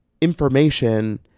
information